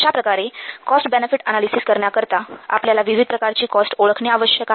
अशाप्रकारे cost benefit analysis करण्याकरता आपल्याला विविध प्रकारची कॉस्ट ओळखणे आवश्यक आहे